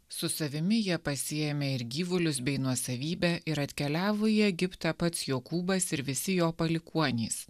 su savimi jie pasiėmė ir gyvulius bei nuosavybę ir atkeliavo į egiptą pats jokūbas ir visi jo palikuonys